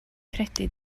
credu